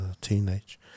teenage